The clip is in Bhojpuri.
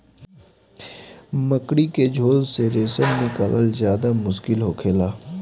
मकड़ी के झोल से रेशम निकालल ज्यादे मुश्किल होखेला